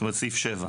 זאת אומרת סעיף (7).